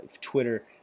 Twitter